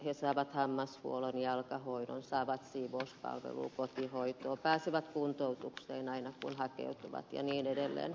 he saavat hammashuollon jalkahoidon saavat siivouspalvelua kotihoitoa pääsevät kuntoutukseen aina kun hakeutuvat ja niin edelleen